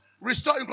Restore